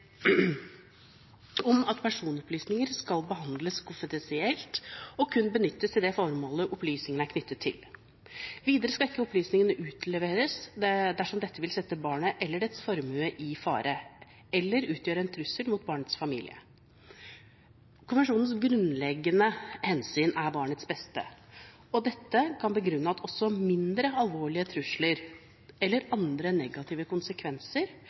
om at personopplysninger skal behandles konfidensielt og kun benyttes til det formålet opplysningene er knyttet til. Videre skal ikke opplysningene utleveres dersom dette vil sette barnet eller dets formue i fare, eller utgjøre en trussel mot barnets familie. Konvensjonens grunnleggende hensyn er barnets beste, og dette kan begrunne at også mindre alvorlige trusler eller andre negative konsekvenser